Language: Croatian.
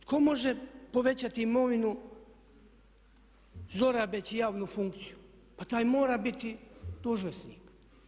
Tko može povećati imovinu zlorabeći javnu funkciju, pa taj mora biti dužnosnik.